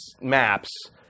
maps